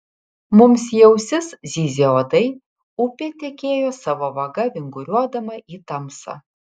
mums į ausis zyzė uodai upė tekėjo savo vaga vinguriuodama į tamsą